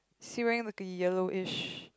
is he wearing like a yellowish